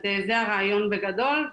זה הרעיון בגדול.